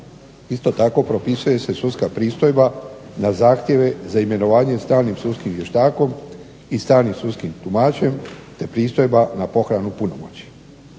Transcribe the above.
Isto tako propisuje se sudska pristojba na zahtjeve za imenovanje stalnim sudskim vještakom i stalnim sudskim tumačem, te pristojba na pohranu punomoći.